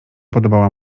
podobała